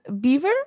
Beaver